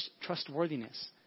trustworthiness